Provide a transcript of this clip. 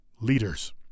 leaders